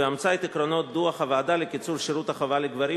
באמצה את עקרונות דוח הוועדה לקיצור שירות החובה לגברים,